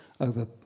over